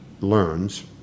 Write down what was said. learns